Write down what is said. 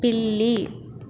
పిల్లి